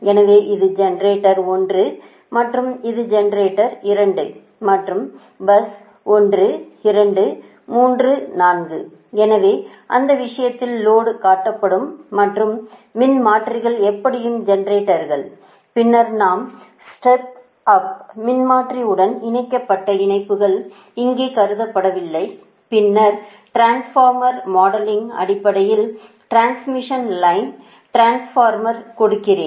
எனவே இது ஜெனரேட்டர் 1 மற்றும் இது ஜெனரேட்டர் 2 மற்றும் பஸ் 1 2 3 4 எனவே அந்த விஷயத்தில் லோடு காட்டப்படும் மற்றும் மின்மாற்றிகள் எப்படியும் ஜெனரேட்டர்கள் பின்னர் நாம் ஸ்டப் அப் மின்மாற்றி உடன் இணைக்கப்பட்ட இணைப்புகள் இங்கே கருதப்படவில்லை பின்னர் டிரான்ஸ்ஃபார்மர் மாடலிங் அடிப்படையில் டிரான்ஸ்மிஷன் லைனை டிரான்ஸ்பார்மருக்கு கொடுக்கிறேன்